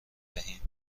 دهیم